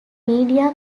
media